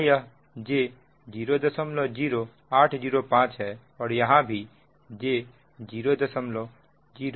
यहां यह j 00805 है और यहां भी j00805 है